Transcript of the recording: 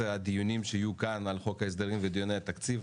הדיונים שיהיו כאן על חוק ההסדרים ודיוני התקציב.